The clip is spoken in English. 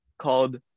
called